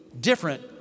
different